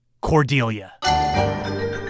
Cordelia